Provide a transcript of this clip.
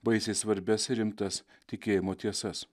baisiai svarbias rimtas tikėjimo tiesas